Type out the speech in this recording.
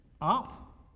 up